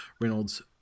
Reynolds